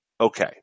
okay